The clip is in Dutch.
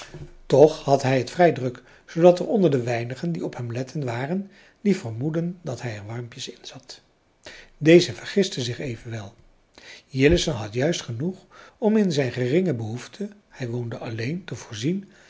toch had hij het vrij druk zoodat er onder de weinigen die op hem letten waren die vermoedden dat hij er warmpjes inzat dezen vergisten zich evenwel jillessen had juist genoeg om in zijn geringe behoeften hij woonde alleen te voorzien